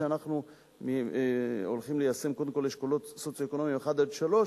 כי אנחנו הולכים ליישם קודם כול אשכולות סוציו-אקונומיים 1 3,